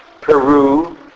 Peru